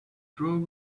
drove